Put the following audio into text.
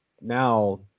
now